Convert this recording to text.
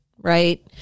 right